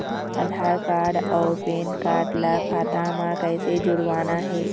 आधार card अऊ PAN card ला खाता म कइसे जोड़वाना हे?